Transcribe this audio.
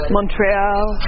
Montreal